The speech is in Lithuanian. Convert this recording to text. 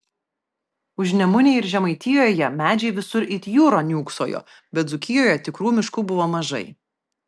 užnemunėje ir žemaitijoje medžiai visur it jūra niūksojo bet dzūkijoje tikrų miškų buvo mažai